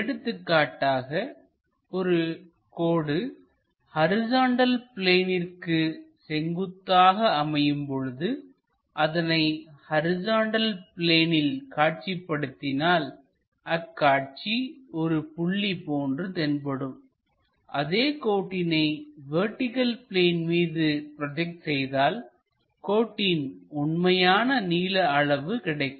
எடுத்துக்காட்டாக ஒரு கோடு ஹரிசாண்டல் பிளேனிற்கு செங்குத்தாக அமையும் பொழுதுஅதனை ஹரிசாண்டல் பிளேனில் காட்சிப்படுத்தினால் அக்காட்சி ஒரு புள்ளி போன்று தென்படும் அதே கோட்டினை வெர்டிகள் பிளேன் மீது ப்ரோஜெக்ட் செய்தால் கோட்டின் உண்மையான நீள அளவு கிடைக்கும்